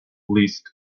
least